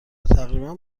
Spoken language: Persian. تقریبا